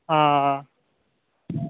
हांं